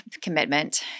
commitment